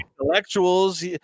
Intellectuals